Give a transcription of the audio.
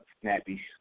snappy